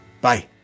bye